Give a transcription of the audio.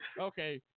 Okay